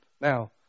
Now